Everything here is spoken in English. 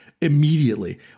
immediately